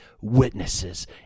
witnesses